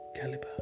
caliber